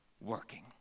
working